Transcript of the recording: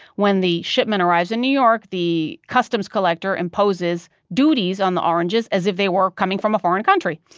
when the shipment arrives in new york, the customs collector imposes duties on the oranges as if they were coming from a foreign country.